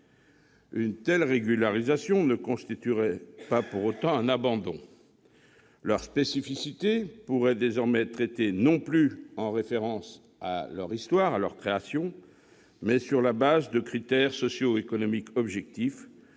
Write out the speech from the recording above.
Une telle régularisation ne constituerait pas pour autant un abandon. Leur spécificité pourrait désormais être traitée non plus en référence à leur histoire, à leur création, mais sur la base de critères socio-économiques objectifs,